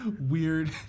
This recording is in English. weird